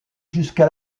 jusqu’à